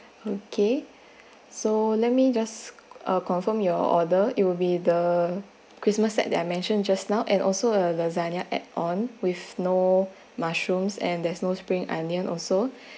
okay so let me just uh confirm your order it will be the christmas set that I mentioned just now and also a lasagna add on with no mushrooms and there's no spring onion also